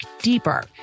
deeper